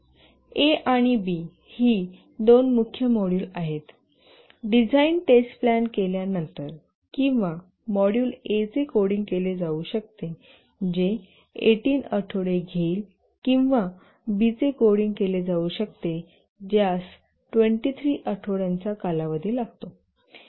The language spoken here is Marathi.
ए आणि बी ही दोन मुख्य मॉड्यूल आहेत डिझाईन टेस्ट प्लॅन केल्या नंतर किंवा मॉड्यूल ए चे कोडिंग केले जाऊ शकते जे 18 आठवडे घेईल किंवा बीचे कोडिंग केले जाऊ शकते ज्यास 23 आठवड्यांचा कालावधी लागतो